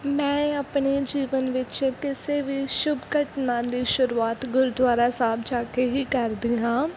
ਮੈਂ ਆਪਣੇ ਜੀਵਨ ਵਿੱਚ ਕਿਸੇ ਵੀ ਸ਼ੁਭ ਘਟਨਾ ਦੀ ਸ਼ੁਰੂਆਤ ਗੁਰਦੁਆਰਾ ਸਾਹਿਬ ਜਾ ਕੇ ਹੀ ਕਰਦੀ ਹਾਂ